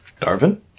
Darvin